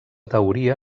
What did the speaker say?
teoria